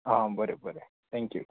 हा बरें बरें थँक्यू